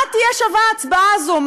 מה תהיה שווה ההצבעה הזאת?